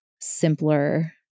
simpler